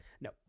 No